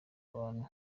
abantu